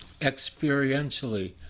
experientially